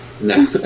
No